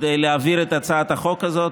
כדי להעביר את הצעת החוק הזאת,